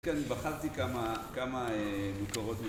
כן בחנתי כמה, כמה מקורות...